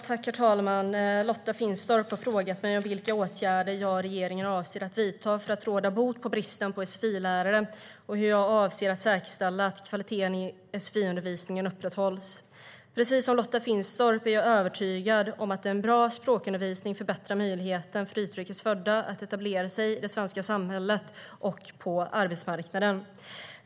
Herr talman! Lotta Finstorp har frågat mig om vilka åtgärder jag och regeringen avser att vidta för att råda bot på bristen på sfi-lärare och hur jag avser att säkerställa att kvaliteten i sfi-undervisningen upprätthålls. Precis som Lotta Finstorp är jag övertygad om att en bra språkundervisning förbättrar möjligheten för utrikes födda att etablera sig i det svenska samhället och på arbetsmarknaden.